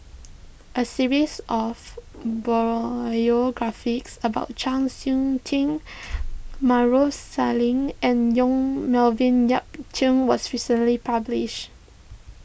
a series of about Chau Sik Ting Maarof Salleh and Yong Melvin Yik Chye was recently published